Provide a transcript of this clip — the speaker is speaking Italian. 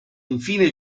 infine